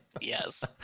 Yes